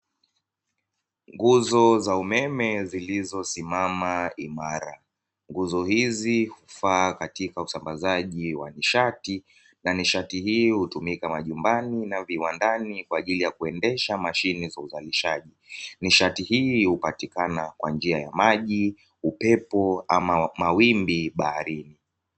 Nguzo za umeme zilizo simama imara, nguzo hizi hufaa katika usambazaji wa nishati, na nishati hii hutumika majumbani na viwandani kwa ajili ya kuendesha mashine za uzalishaji. Nishati hii hupatikana kwa njia ya maji, upepo ama mawimbi baharini.